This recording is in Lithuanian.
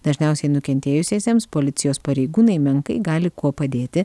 dažniausiai nukentėjusiesiems policijos pareigūnai menkai gali kuo padėti